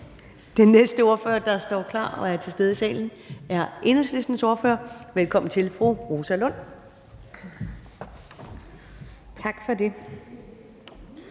Den næste ordfører, der står klar og er til stede i salen, er Enhedslistens ordfører. Velkommen til fru Rosa Lund. Kl.